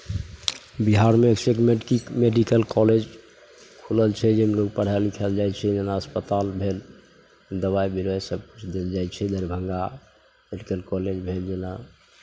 बिहारमे एकसँ एक मेडिक मेडिकल कॉलेज खुलल छै जाहिमे लोगके पढ़य लिखय लेल जाइ छै जेना अस्पताल भेल दबाइ बिरो सभकिछु देल जाइ छै दरभंगा मेडिकल कॉलेज भेल जेना